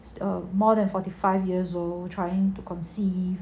the more than forty five years old trying to conceive